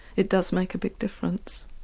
it does make a big difference.